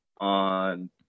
on